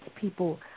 people